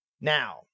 now